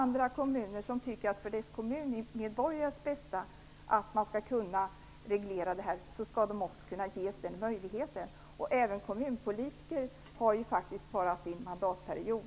Andra kommuner, som tycker att man för kommunmedborgarnas bästa vill reglera det här, skall kunna ges den möjligheten. Även kommunpolitiker har dessutom bara sin mandatperiod.